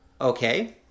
Okay